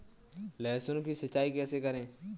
लहसुन की सिंचाई कैसे करें?